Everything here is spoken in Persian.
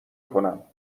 کنم